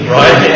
right